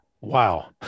wow